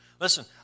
Listen